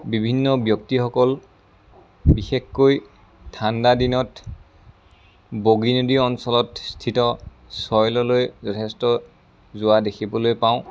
বিভিন্ন ব্যক্তিসকল বিশেষকৈ ঠাণ্ডা দিনত বগী নদী অঞ্চলত স্থিত চইললৈ যথেষ্ট যোৱা দেখিবলৈ পাওঁ